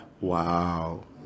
Wow